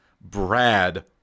Brad